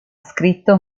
scritto